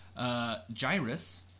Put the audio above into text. Gyrus